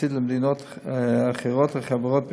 יחסית למדינות אחרות החברות בארגון,